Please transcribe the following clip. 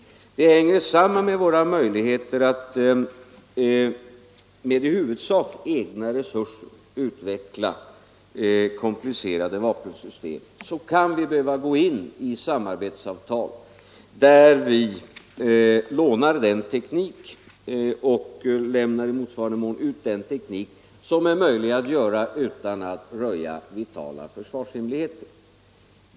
Det hänger samman med att vi för att vi skall ha möjlighet att med i huvudsak egna resurser utveckla komplicerade vapensystem kan behöva gå in i samarbetsavtal där vi lånar teknik och i motsvarande mån lämnar ut teknik i de fall där det går att förfara så utan att röja vitala försvarshemligheter.